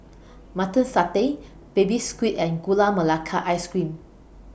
Mutton Satay Baby Squid and Gula Melaka Ice Cream